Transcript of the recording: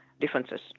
differences